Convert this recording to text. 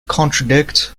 contradict